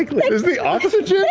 yeah is the oxygen